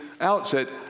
outset